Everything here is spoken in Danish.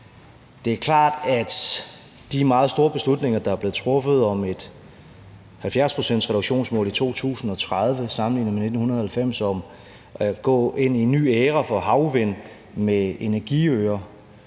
Det står klart med de meget store beslutninger, der er blevet truffet, om et 70-procentsreduktionsmål i 2030 sammenlignet med 1990; om at gå ind i en ny æra for havvind med energiøer